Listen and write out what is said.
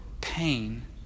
pain